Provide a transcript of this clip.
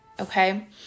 Okay